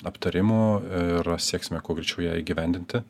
aptarimu ir sieksime kuo greičiau ją įgyvendinti